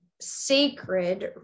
sacred